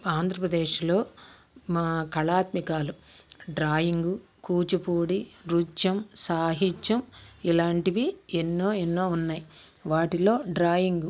ఆంధ్రప్రదేశ్లో మా కళాత్మికాలు డ్రాయింగ్ కూచిపూడి నృత్యం సాహిత్యం ఇలాంటివి ఎన్నోఎన్నో ఉన్నాయి వాటిలో డ్రాయింగు